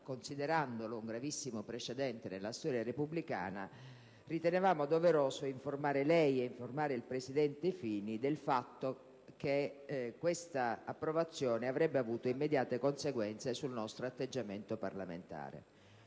considerando ciò un gravissimo precedente nella storia repubblicana - abbiamo ritenuto doveroso informare lei ed il presidente Fini del fatto che questa approvazione avrebbe avuto immediate conseguenze sul nostro atteggiamento parlamentare.